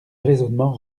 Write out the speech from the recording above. raisonnement